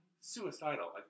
Suicidal